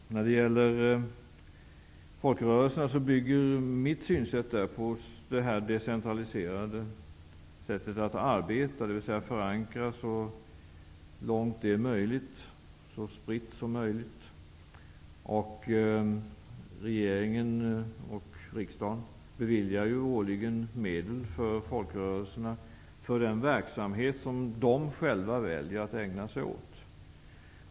Min uppfattning i fråga om folkrörelserna är att de skall bygga på ett decentraliserat sätt att arbeta, dvs. att arbetet i folkrörelserna skall förankras så långt det är möjligt och vara så spritt som möjligt. Regering och riksdag beviljar ju årligen medel för folkrörelserna för den verksamhet som de själva väljer att ägna sig åt.